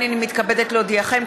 הינני מתכבדת להודיעכם,